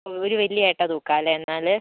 ഒരു വലിയ ഏട്ട തൂക്കം അല്ലെ എന്നാൽ